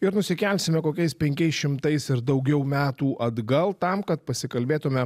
ir nusikelsime kokiais penkiais šimtais ir daugiau metų atgal tam kad pasikalbėtume